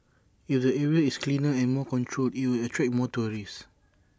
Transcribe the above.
if the area is cleaner and more controlled IT will attract more tourists